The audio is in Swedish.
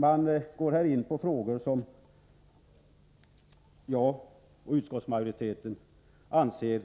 Man för här fram förslag som jag och utskottsmajoriteten anser